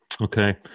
Okay